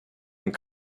and